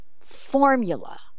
formula